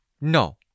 No